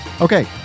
Okay